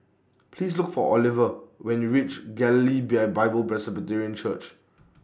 Please Look For Oliva when YOU REACH Galilee Beer Bible Presbyterian Church